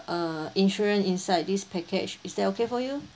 err insurance inside this package is that okay for you